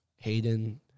Hayden